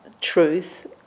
truth